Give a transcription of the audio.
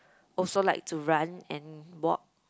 also like to run and walk